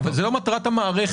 אבל זה לא מטרת המערכת,